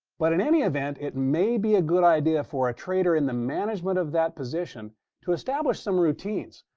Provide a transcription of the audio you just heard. but in any event, it may be a good idea for a trader in the management of that position to establish some routines.